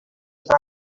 قطع